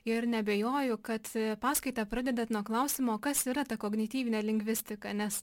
ir neabejoju kad paskaitą pradedat nuo klausimo kas yra ta kognityvinė lingvistika nes